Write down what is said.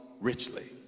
richly